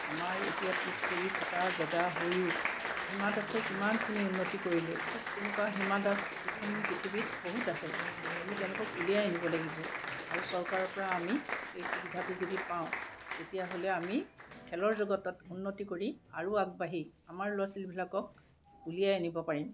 আমাৰ এতিয়া পিচপৰি থকা জেগা হৈও হীমা দাসে কিমানখিনি উন্নতি কৰিলে ঠিক তেনেকুৱা হীমা দাস এইখন পৃথিৱীত বহুত আছে আমি তেওঁলোকক উলিয়াই আনিব লাগিব আৰু চৰকাৰৰ পৰা আমি এই সুবিধাটো যদি পাওঁ তেতিয়াহ'লে আমি খেলৰ জগতত উন্নতি কৰি আৰু আগবাঢ়ি আমাৰ ল'ৰা ছোৱালীবিলাকক উলিয়াই আনিব পাৰিম